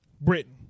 Britain